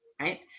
right